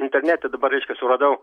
internete dabar reiškia suradau